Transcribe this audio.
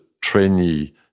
trainee